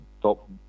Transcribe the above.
top